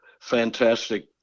fantastic